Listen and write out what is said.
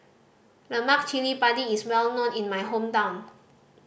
lemak cili padi is well known in my hometown